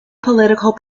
political